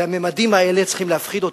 הממדים האלה צריכים להפחיד.